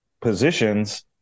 positions